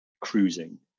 cruising